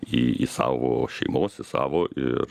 į į savo šeimos į savo ir